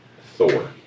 Thor